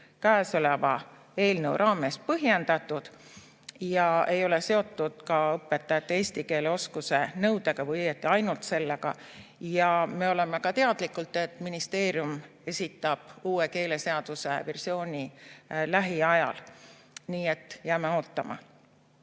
käesoleva eelnõu raames põhjendatud ja ei ole seotud ka õpetajate eesti keele oskuse nõudega või õieti ainult sellega. Ja me oleme teadlikud, et ministeerium esitab uue keeleseaduse versiooni lähiajal. Nii et jääme ootama.